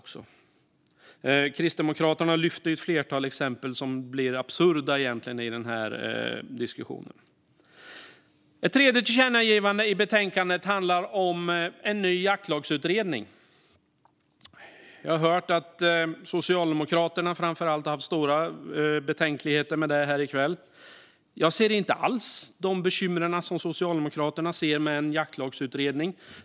Kristdemokraterna lyfte fram ett flertal exempel på det absurda i den här diskussionen. Ett tredje förslag till tillkännagivande i betänkandet handlar om en ny jaktlagsutredning. Jag har hört här i kväll att framför allt Socialdemokraterna har stora betänkligheter mot det. Jag ser inte alls de bekymmer som Socialdemokraterna ser med en jaktlagsutredning.